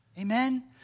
Amen